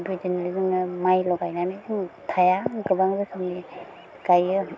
आमफाय बिदिनो जोंना मायल' गायनानै जों थाया गोबां रोखोमनि गायो